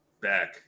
back